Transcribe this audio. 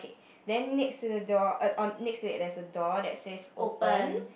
then next to the door err on~ next to it there's a door that says open